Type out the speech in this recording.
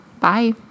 Bye